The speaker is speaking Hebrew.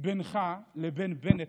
בינך לבין בנט.